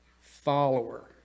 follower